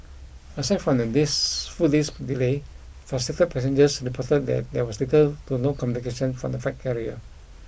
aside from this full day's delay frustrated passengers reported that there was little to no communication from the flight carrier